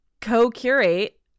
co-curate